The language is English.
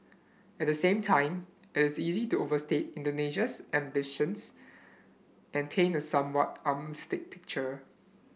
at the same time it is easy to overstate Indonesia's ambitions and paint a somewhat alarmist picture